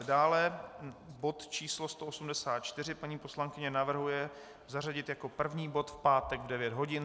Dále bod 184 paní poslankyně navrhuje zařadit jako první bod v pátek v 9 hodin.